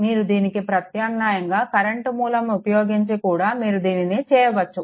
మీరు దీనికి ప్రత్యామ్నాయంగా కరెంట్ మూలం ఉపయోగించి కూడా మీరు దీన్ని చేయవచ్చు